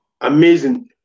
Amazing